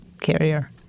Carrier